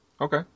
Okay